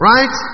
Right